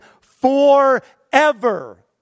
forever